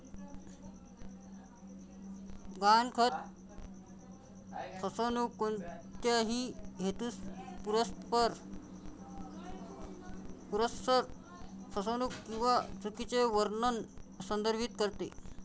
गहाणखत फसवणूक कोणत्याही हेतुपुरस्सर फसवणूक किंवा चुकीचे वर्णन संदर्भित करते